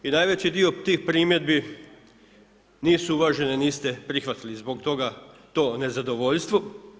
I najveći dio tih primjedbi nisu uvažene, niste prihvatili i zbog toga to nezadovoljstvo.